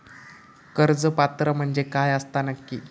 कर्ज पात्र म्हणजे काय असता नक्की?